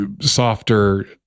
softer